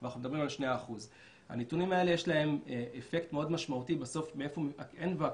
אז אנחנו מדברים על 2%. לנתונים האלה יש אפקט משמעותי מאוד אין ואקום,